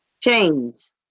Change